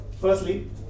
Firstly